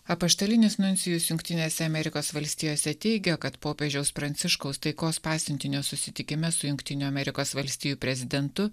apaštalinis nuncijus jungtinėse amerikos valstijose teigia kad popiežiaus pranciškaus taikos pasiuntinio susitikime su jungtinių amerikos valstijų prezidentu